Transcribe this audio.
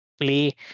play